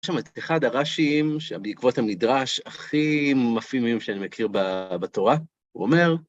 יש שם את אחד הרש"יים, שבעקבות המדרש, הכי מפעימים שאני מכיר בתורה, הוא אומר,